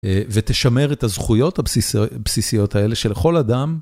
ותשמר את הזכויות הבסיסיות האלה שלכל אדם.